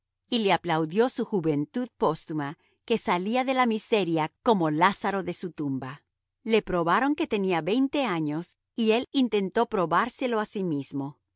y le aplaudió su juventud póstuma que salía de la miseria como lázaro de su tumba le probaron que tenía veinte años y él intentó probárselo a sí mismo